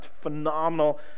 phenomenal